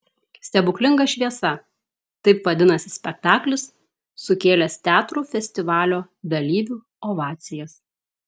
stebuklinga šviesa taip vadinasi spektaklis sukėlęs teatrų festivalio dalyvių ovacijas